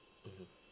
mmhmm